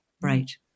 Right